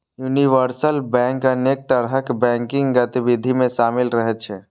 universal bank अनेक तरहक banking गतिविधि मे शामिल रहै छै